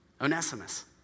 Onesimus